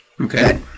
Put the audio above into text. Okay